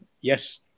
Yes